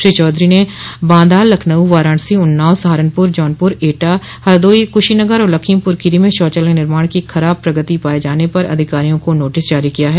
श्री चौधरी ने बांदा लखनऊ वाराणसी उन्नाव सहारनपुर जौनपुर एटा हरदोई कुशीनगर और लखीमपुर खीरी में शौचालय निर्माण की खराब प्रगति पाये जाने पर अधिकारियों को नोटिस जारी किया है